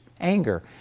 anger